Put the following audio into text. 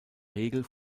regel